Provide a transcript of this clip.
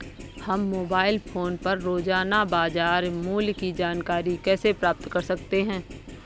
हम mobile phone पर रोजाना बाजार मूल्य की जानकारी कैसे प्राप्त कर सकते हैं?